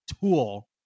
tool